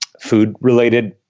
food-related